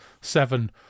seven